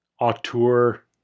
auteur